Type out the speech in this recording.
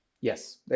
Yes